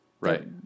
Right